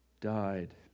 died